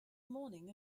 morning